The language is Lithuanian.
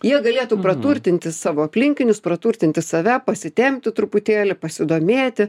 jie galėtų praturtinti savo aplinkinius praturtinti save pasitempti truputėlį pasidomėti